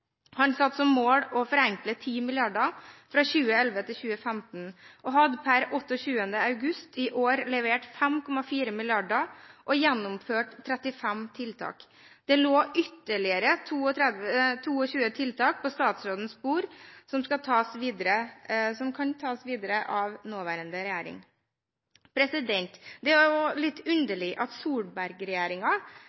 Han satte som mål å forenkle 10 mrd. kr fra 2011 til 2015 og hadde per 28. august i år levert 5,4 mrd. kr og gjennomført 35 tiltak. Det lå ytterligere 22 tiltak på statsrådens bord. De kan tas videre av nåværende regjering. Det er òg litt